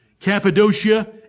Cappadocia